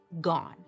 gone